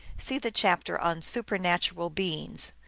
see the chapter on supernatural beings.